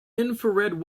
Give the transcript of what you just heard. infrared